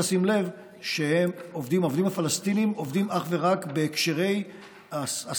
צריך לשים לב שהעובדים הפלסטינים עובדים אך ורק בהקשרי העסקות